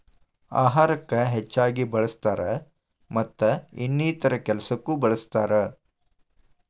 ಅಹಾರಕ್ಕ ಹೆಚ್ಚಾಗಿ ಬಳ್ಸತಾರ ಮತ್ತ ಇನ್ನಿತರೆ ಕೆಲಸಕ್ಕು ಬಳ್ಸತಾರ